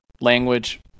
language